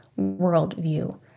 worldview